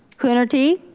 coonerty?